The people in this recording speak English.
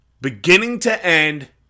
beginning-to-end